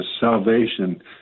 salvation